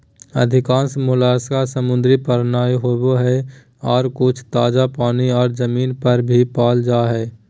अधिकांश मोलस्क समुद्री प्राणी होवई हई, आर कुछ ताजा पानी आर जमीन पर भी पाल जा हई